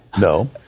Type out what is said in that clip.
no